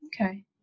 Okay